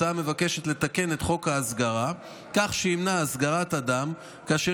ההצעה מבקשת לתקן את חוק ההסגרה כך שימנע הסגרת אדם כאשר